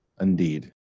Indeed